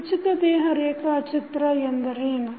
ಉಚಿತ ದೇಹ ರೇಖಾಚಿತ್ರ ಎಂದರೇನು